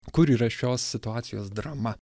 kur yra šios situacijos drama